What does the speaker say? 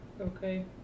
Okay